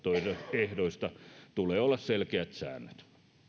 reunaehdoista tulee olla selkeät säännöt